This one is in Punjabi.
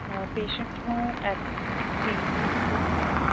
ਪੇਸ਼ੰਟ ਨੂੰ ਹੈ